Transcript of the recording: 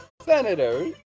Senators